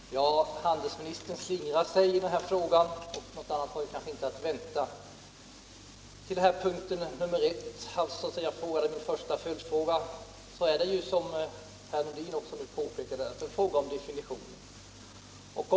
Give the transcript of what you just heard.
Herr talman! Handelsministern slingrar sig i den här frågan, och något annat var kanske inte att vänta. Vad min första följdfråga beträffar rör det sig här, som herr Nordin så riktigt påpekade, om definitioner.